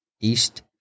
East